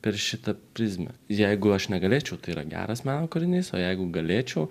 per šitą prizmę jeigu aš negalėčiau tai yra geras meno kūrinys o jeigu galėčiau